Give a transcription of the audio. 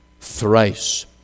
thrice